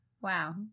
Wow